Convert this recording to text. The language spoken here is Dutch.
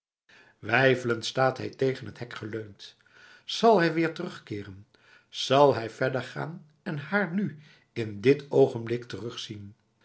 weifelend staat hij tegen het hek geleund zal hij weer terugkeeren zal hij verder gaan en haar nu in dit oogenblik terugzien